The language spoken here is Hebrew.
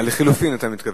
ה"לחלופין", אתה מתכוון.